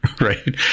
right